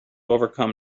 overcome